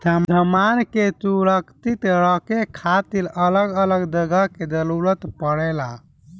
सामान के सुरक्षित रखे खातिर अलग अलग जगह के जरूरत पड़ेला